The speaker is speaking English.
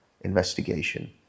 investigation